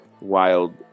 wild